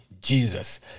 Jesus